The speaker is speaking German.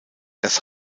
das